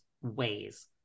ways